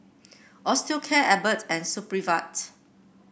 Osteocare Abbott and Supravit